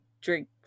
drink